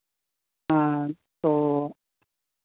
हाँ तो